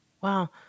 Wow